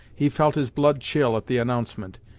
he felt his blood chill at the announcement,